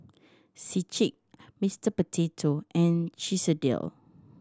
Schick Mister Potato and Chesdale